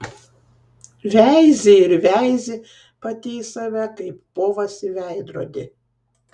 veizi ir veizi pati į save kaip povas į veidrodį